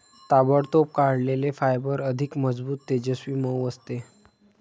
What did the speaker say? ताबडतोब काढलेले फायबर अधिक मजबूत, तेजस्वी, मऊ असते